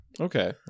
Okay